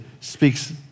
speaks